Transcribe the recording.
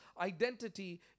identity